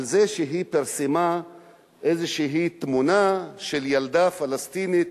על זה שהיא פרסמה איזו תמונה של ילדה פלסטינית